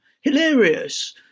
Hilarious